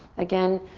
again,